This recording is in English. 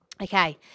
okay